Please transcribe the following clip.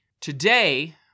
Today